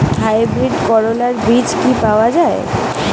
Hybrid করলার বীজ কি পাওয়া যায়?